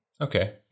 Okay